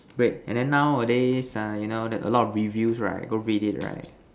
wait and then nowadays ah you know a lot of reviews right go read it right